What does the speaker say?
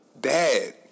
dad